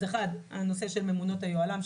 1. הנושא של ממונת היוהל"ם,